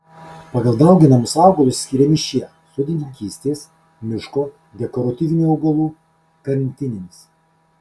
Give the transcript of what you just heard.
pagal dauginamus augalus skiriami šie sodininkystės miško dekoratyvinių augalų karantininis